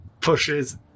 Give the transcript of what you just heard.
pushes